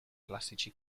classici